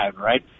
right